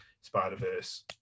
Spider-Verse